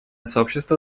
сообщество